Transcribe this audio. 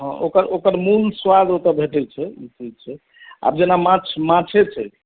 हाँ ओकर ओकर मूल स्वाद ओतय भेटैत छै ई चीज छै आब जेना माछ माछे छै